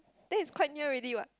there is quite near already what